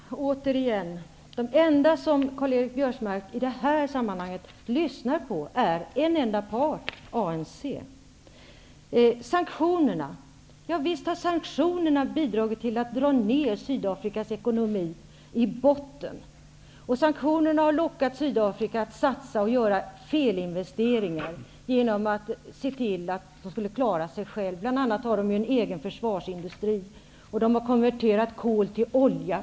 Herr talman! Återigen: Den enda som Karl-Göran Biörsmark i detta sammanhang lyssnar på är en av parterna, ANC. Javisst har sanktionerna bidragit till att dra ner Sydafrikas ekonomi i botten. Sanktionerna har lockat Sydafrika att satsa på felinvesteringar för att kunna klara sig självt. Bland annat har man en egen försvarsindustri, och man har konverterat kol till olja.